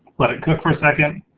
let it cook for a second,